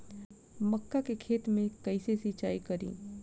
मका के खेत मे कैसे सिचाई करी?